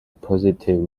positive